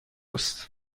است